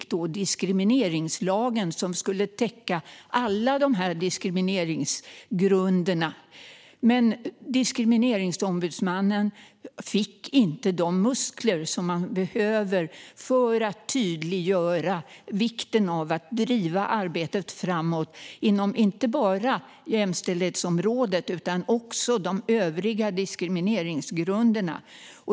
Vi fick diskrimineringslagen, som skulle täcka alla diskrimineringsgrunder. Men Diskrimineringsombudsmannen fick inte de muskler som behövdes för att tydliggöra vikten av att driva arbetet framåt, inte bara inom jämställdhetsområdet utan också för de övriga diskrimineringsgrunderna.